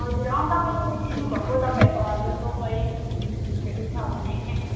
हजुर तपाईँले चिन्नु भएको तपाईँहरूको होटेलको कोहीहरू छ भने